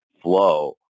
flow